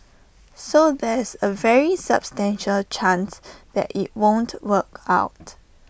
so there's A very substantial chance that IT won't work out